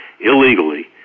illegally